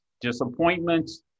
Disappointments